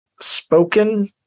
spoken